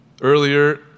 Earlier